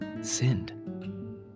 sinned